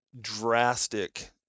drastic